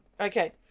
Okay